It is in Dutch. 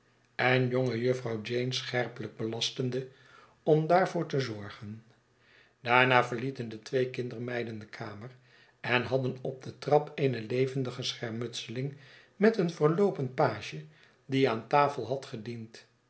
en jonge jufvrouw jeane scherpelijk belastende om daarvoor te zorgen daarna verlieten de twee kindermeiden de kamer en hadden op de trap eene levendige schermutseling met een verloopen page die aan tafel had gediend